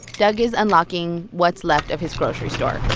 doug is unlocking what's left of his grocery store